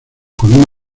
con